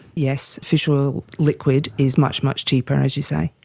yes, fish oil liquid is much, much cheaper as you say.